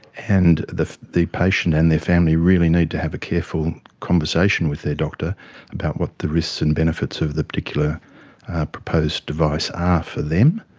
and the the patient and their family really need to have a careful conversation with their doctor about what the risks and benefits of the particular proposed device are for them.